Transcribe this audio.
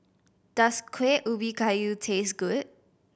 does Kueh Ubi Kayu taste good